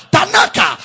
Tanaka